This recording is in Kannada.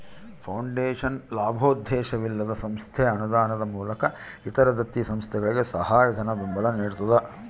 ಫೌಂಡೇಶನ್ ಲಾಭೋದ್ದೇಶವಿಲ್ಲದ ಸಂಸ್ಥೆ ಅನುದಾನದ ಮೂಲಕ ಇತರ ದತ್ತಿ ಸಂಸ್ಥೆಗಳಿಗೆ ಧನಸಹಾಯ ಬೆಂಬಲ ನಿಡ್ತದ